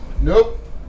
Nope